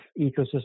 ecosystem